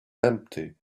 empty